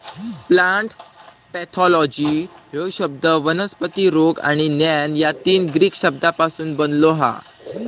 plant pathology ह्यो शब्द वनस्पती रोग आणि ज्ञान या तीन ग्रीक शब्दांपासून बनलो हा